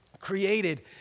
created